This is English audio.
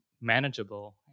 manageable